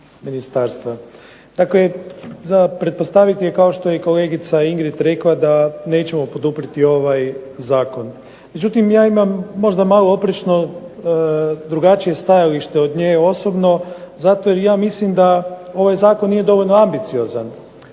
ministarstva. Dakle, za pretpostaviti je kao što je i kolegica Ingrid rekla da nećemo poduprijeti ovaj zakon. Međutim, ja imam možda malo oprečno drugačije stajalište od nje osobno zato jer ja mislim da ovaj zakon nije dovoljno ambiciozan.